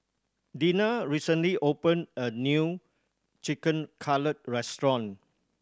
Dina recently opened a new Chicken Cutlet Restaurant